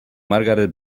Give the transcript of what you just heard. margaret